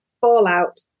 fallout